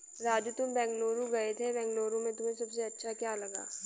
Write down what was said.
राजू तुम बेंगलुरु गए थे बेंगलुरु में तुम्हें सबसे अच्छा क्या लगा?